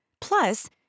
Plus